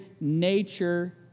nature